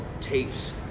tapes